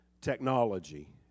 technology